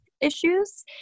issues